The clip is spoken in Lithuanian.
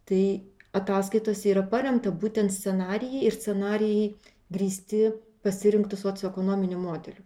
tai ataskaitose yra paremta būtent scenarijai ir scenarijai grįsti pasirinktu socioekonominiu modeliu